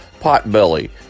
Potbelly